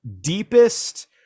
deepest